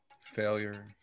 Failure